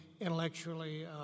intellectually